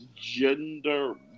Gender